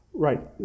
Right